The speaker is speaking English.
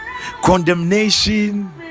condemnation